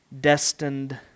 destined